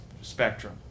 spectrum